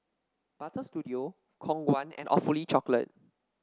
Butter Studio Khong Guan and Awfully Chocolate